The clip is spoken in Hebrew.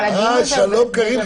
אבל הדיון הזה --- שלום קארין,